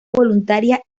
voluntaria